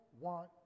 want